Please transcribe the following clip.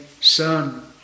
son